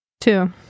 Two